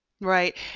Right